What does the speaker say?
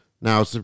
Now